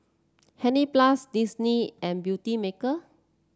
Hansaplast Disney and Beautymaker